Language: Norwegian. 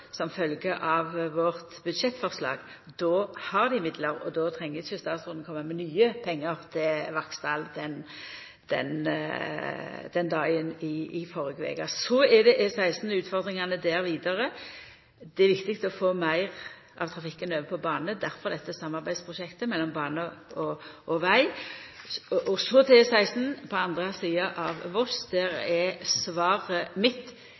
som følgje av vårt budsjettforslag, har dei midlar, og då treng ikkje statsråden koma med nye pengar til Vaksdal – den dagen i førre veke. Så er det E16 og utfordringane der vidare. Det er viktig å få meir av trafikken over på bane – difor dette samarbeidsprosjektet mellom bane og veg. Så til E16 på andre sida av Voss. Der er svaret mitt: